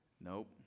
Nope